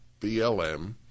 BLM